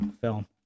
film